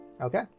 okay